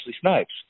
Snipes